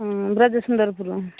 Brajasundarpur